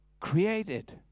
created